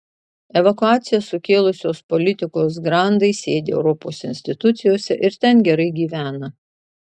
evakuaciją sukėlusios politikos grandai sėdi europos institucijose ir ten gerai gyvena